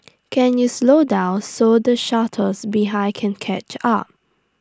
can you slow down so the shuttles behind can catch up